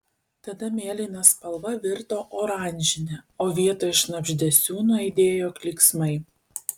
tada mėlyna spalva virto oranžine o vietoj šnabždesių nuaidėjo klyksmai